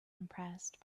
impressed